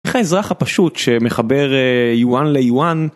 איך האזרח הפשוט שמחבר יוואן ליוואן.